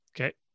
okay